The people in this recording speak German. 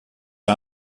der